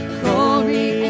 glory